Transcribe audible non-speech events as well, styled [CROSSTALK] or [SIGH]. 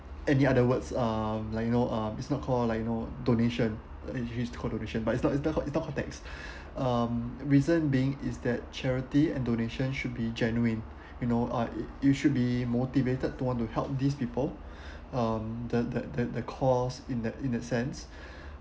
any other words uh are like you know uh it's not called like you know donation actually it's called donation but it's not it's not called tax [BREATH] um reason being is that charity and donation should be genuine [BREATH] you know uh you should be motivated to want to help these people [BREATH] um that that that the cause in that in that sense [BREATH]